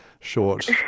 short